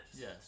Yes